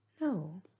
No